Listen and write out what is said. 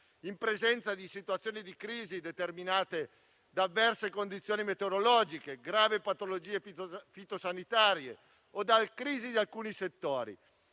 in presenza di situazioni di crisi determinate da avverse condizioni meteorologiche, gravi patologie fitosanitarie o dalle crisi di alcuni settori.